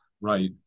Right